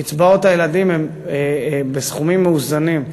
קצבאות הילדים הן בסכומים מאוזנים,